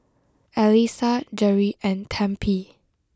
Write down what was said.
Alysa Jere and Tempie